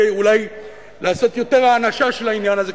אולי לעשות יותר האנשה של העניין הזה,